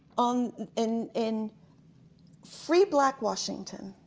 um in in free black washington,